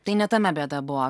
tai ne tame bėda buvo